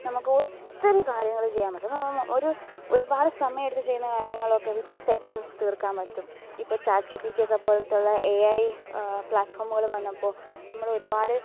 നമുക്ക് ഒത്തിരി കാര്യങ്ങൾ ചെയ്യാൻ പറ്റും ഒരു ഒരുപാട് സമയമെടുത്ത് ചെയുന്ന കാര്യങ്ങളൊക്കെ വിത്തിൻ സെക്കൻ്റ്സ് തീർക്കാൻ പറ്റും ഇപ്പം ചാറ്റ് ജി പി റ്റിയൊക്കെ പോലെയുള്ള എ ഐ പ്ലാറ്റ്ഫോമുകൾ വന്നപ്പോൾ നമ്മളൊരുപാട്